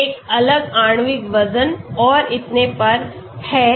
यह एक अलग आणविक वजन और इतने पर है